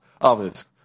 others